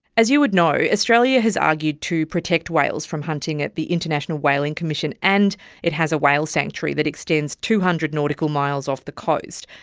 as you would know, australia has argued to protect whales from hunting at the international whaling commission, and it has a whale sanctuary that extends two hundred nautical miles off the coast.